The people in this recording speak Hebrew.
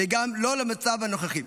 וגם לא למצב הנוכחי.